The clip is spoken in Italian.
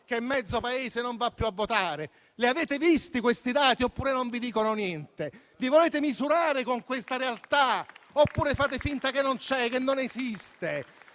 che mezzo Paese non va più a votare. Li avete visti questi dati, oppure non vi dicono niente? Vi volete misurare con questa realtà, oppure fate finta che non c'è, che non esiste?